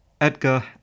Edgar